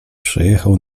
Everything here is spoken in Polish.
przejechał